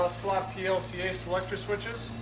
slot plca ah selector switches?